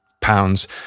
pounds